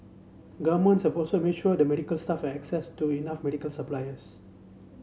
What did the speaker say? governments have also made sure the medical staff access to enough medical supplies